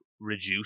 reduce